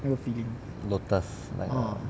lotus like err